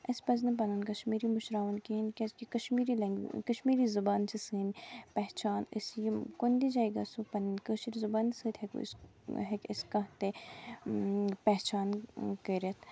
اَسہِ پَزِنہٕ پَنُن کَشمیٖری مٔشراوُن کِہیٖنۍ کیازِ کہِ کشمیٖری لینگ کَشمیری زُبان چھِ سٲنۍ پہچان أسۍ یِم کُنہِ تہِ جایہِ گَژھو پَننہِ کٲشرِ زُبانہِ سۭتۍ ہیٚکو أسۍ ہیٚکہِ اَسہِ کانہہ تہِ پہچان کٔرِتھ